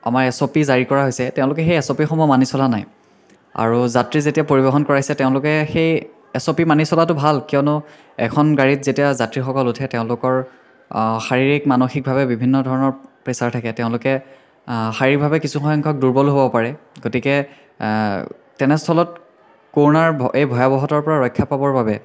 আমাৰ এছঅ'পি জাৰী কৰা হৈছে তেওঁলোকে সেই এছঅ'পিসমূহ মানি চলা নাই আৰু যাত্ৰী যেতিয়া পৰিবহন কৰাইছে তেওঁলোকে সেই এছঅ'পি মানি চলাটো ভাল কিয়নো এখন গাড়ীত যেতিয়া যাত্ৰীসকল উঠে তেওঁলোকৰ শাৰীৰিক মানসিকভাৱে বিভিন্ন ধৰণৰ প্ৰেছাৰ থাকে তেওঁলোকে শাৰীৰিকভাৱে কিছু সংখ্যক দুৰ্বলো হ'ব পাৰে গতিকে তেনেস্থলত কৰোনাৰ এই ভয়াৱহতাৰ পৰা ৰক্ষা পাবৰ বাবে